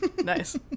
Nice